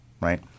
right